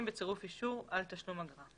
בצירוף אישור על תשלום אגרה.